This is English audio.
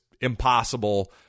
impossible